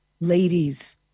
ladies